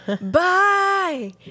Bye